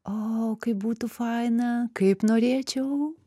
o kaip būtų faina kaip norėčiau